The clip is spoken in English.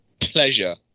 pleasure